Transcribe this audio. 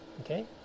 okay